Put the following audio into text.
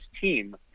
team